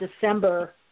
December